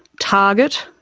target,